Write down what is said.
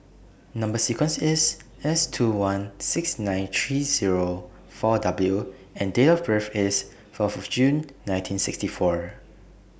Number sequence IS S two one six nine three Zero four W and Date of birth IS Fourth June nineteen sixty four